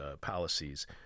policies